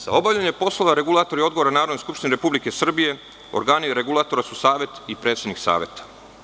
Za obavljanje poslova regulator je odgovoran Narodnoj skupštini Republike Srbije, organi regulatora su savet i predsednik saveta.